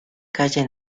calle